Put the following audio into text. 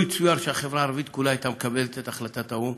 לו יצויר שהחברה הערבית כולה הייתה מקבלת את החלטת האו"ם,